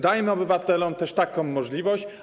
Dajmy obywatelom też taką możliwość.